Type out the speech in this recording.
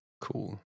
Cool